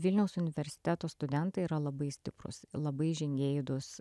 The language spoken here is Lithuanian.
vilniaus universiteto studentai yra labai stiprūs labai žingeidūs